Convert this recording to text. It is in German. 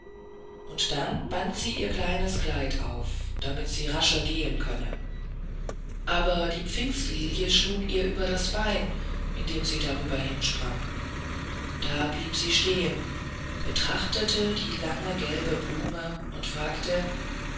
und dann band sie ihr kleines kleid auf damit sie rascher gehen könne aber die pfingstlilie schlug ihr über das bein indem sie darüber hinsprang da blieb sie stehen betrachtete die lange gelbe blume und fragte